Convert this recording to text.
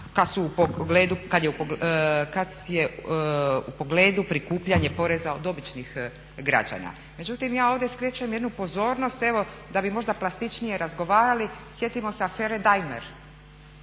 kad je u pogledu prikupljanje poreza od običnih građana. Međutim, ja ovdje skrećem jednu pozornost evo da bi možda plastičnije razgovarali, sjetimo se afere Daimler